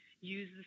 use